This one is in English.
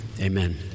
amen